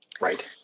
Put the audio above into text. right